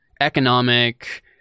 economic